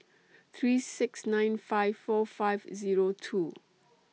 three six nine five four five Zero two